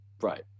right